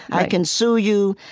i can sue you.